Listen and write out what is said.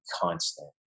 constant